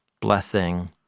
blessing